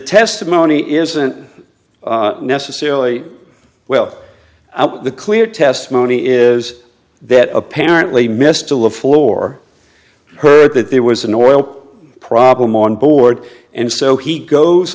testimony isn't necessarily well the clear testimony is that apparently missed a love for her that there was an oil problem on board and so he goes